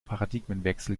paradigmenwechsel